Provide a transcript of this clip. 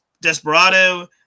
Desperado –